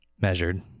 measured